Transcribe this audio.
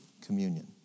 communion